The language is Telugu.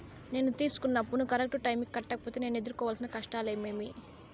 నేను తీసుకున్న అప్పును కరెక్టు టైముకి కట్టకపోతే నేను ఎదురుకోవాల్సిన కష్టాలు ఏమీమి?